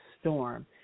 storm